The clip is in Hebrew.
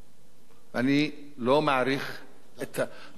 אני לא מעריך את עברו,